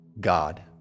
God